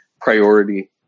priority